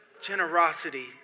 generosity